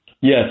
Yes